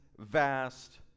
vast